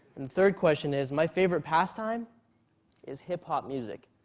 and third question is my favorite pastime is hip hop music.